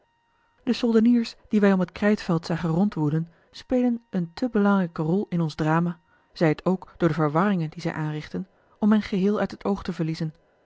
de soldeniers die wij om het krijtveld zagen rondwoelen spelen eene te belangrijke rol in ons drama zij het ook door de verwarringen die zij aanrichtten om hen geheel uit het oog te verliezen